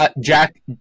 Jack